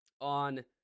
on –